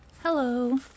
Hello